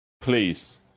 please